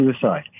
suicide